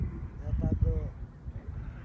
ᱱᱮᱛᱟᱨ ᱫᱚ